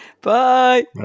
Bye